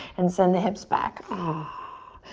and send the hips back. ah.